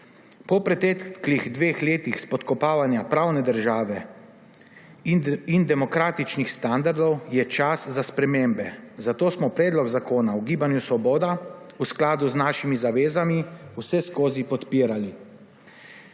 Po preteklih dveh letih spodkopavanja pravne države in demokratičnih standardov je čas za spremembe, zato smo predlog zakona v Gibanju Svoboda v skladu z našimi zavezami vseskozi podpirali.